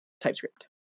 TypeScript